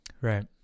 Right